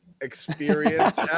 experience